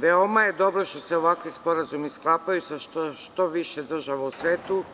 Veoma je dobro što se ovakvi sporazumi sklapaju sa što više država u svetu,